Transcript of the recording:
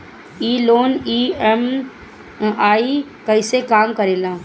ई loan EMI कईसे काम करेला?